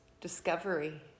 discovery